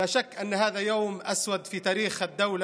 להלן תרגומם: האזרחים הערבים במדינה,